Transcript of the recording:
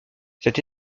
cette